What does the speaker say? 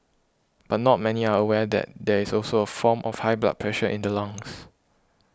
but not many are aware that there is also a form of high blood pressure in the lungs